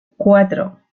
cuatro